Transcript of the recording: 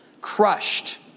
Crushed